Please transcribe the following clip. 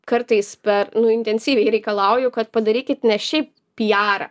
kartais per intensyviai reikalauju kad padarykit ne šiaip pijarą